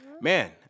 man